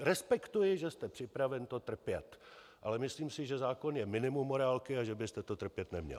Respektuji, že jste připraven to trpět, ale myslím si, že zákon je minimum morálky a že byste to trpět neměl.